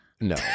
no